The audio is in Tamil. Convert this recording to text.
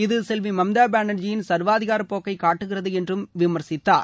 இது செல்வி மம்தா பானர்ஜியின் சர்வாதிகார போக்கை காட்டுகிறது என்றும் விமர்சித்தார்